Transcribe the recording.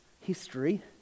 history